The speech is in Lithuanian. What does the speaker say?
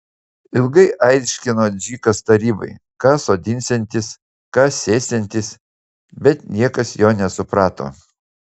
ilgai aiškino dzikas tarybai ką sodinsiantis ką sėsiantis bet niekas jo nesuprato